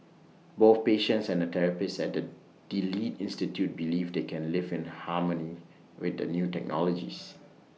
both patients and therapists at the delete institute believe they can live in harmony with the new technologies